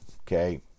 Okay